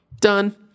Done